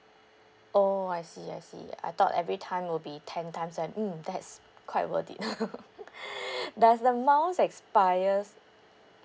oh I see I see I thought every time will be ten times then mm that's quite worth it does the miles expires